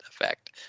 effect